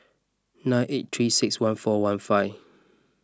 nine eight three six one four one five